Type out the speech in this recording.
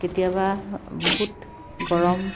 কেতিয়াবা বহুত গৰম